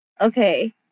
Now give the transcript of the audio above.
Okay